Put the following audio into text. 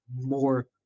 more